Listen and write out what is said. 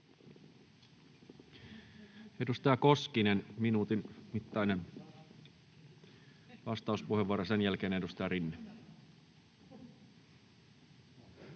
Edustaja Koskinen, minuutin mittainen vastauspuheenvuoro. Sen jälkeen edustaja Rinne. Arvoisa